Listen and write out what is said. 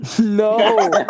no